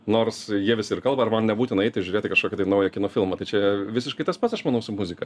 nors jie visi ir kalba ir man nebūtina eiti žiūrėti į kažkokį naują kino filmą tai čia visiškai tas pats aš manau su muzika